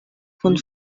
kun